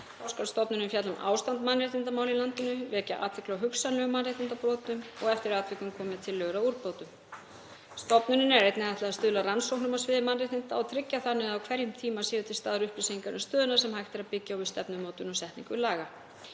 Þá skal stofnunin fjalla um ástand mannréttindamála í landinu, vekja athygli á hugsanlegum mannréttindabrotum og eftir atvikum koma með tillögur að úrbótum. Stofnuninni er einnig ætlað að stuðla að rannsóknum á sviði mannréttinda og tryggja þannig að á hverjum tíma séu til staðar upplýsingar um stöðuna sem hægt er að byggja á við stefnumótun og setningu laga.